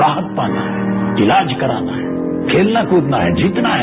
राहत पाना है इलाज कराना है खेलना कूदना है जीतना है